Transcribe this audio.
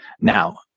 Now